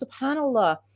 subhanallah